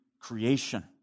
creation